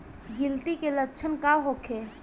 गिलटी के लक्षण का होखे?